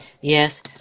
Yes